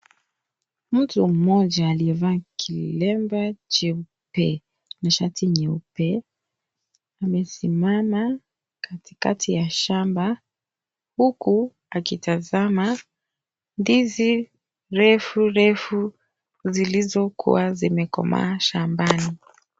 Mtu mmoja aliyevaa kilemba cheupe na shati nyeupe amesimama katikati ya shamba huku akitazama ndizi refu refu zilizokuwa zimekomaa shambani.